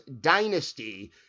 dynasty